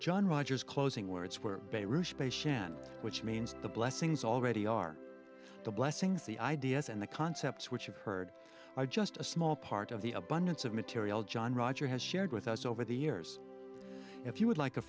john rogers closing where it's where they shan't which means the blessings already are the blessings the ideas and the concepts which you've heard are just a small part of the abundance of material john roger has shared with us over the years if you would like a